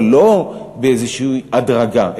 אבל לא באיזושהי הדרגה,